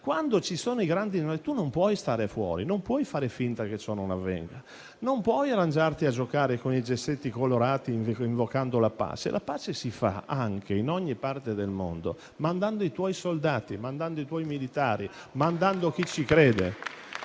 quando ci sono i grandi nodi non può stare fuori, non può fare finta che ciò non avvenga: non ci si può arrangiare a giocare con i gessetti colorati invocando la pace, perché la pace si fa anche, in ogni parte del mondo, mandando i propri soldati, i propri militari, mandando chi ci crede